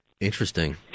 Interesting